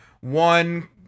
One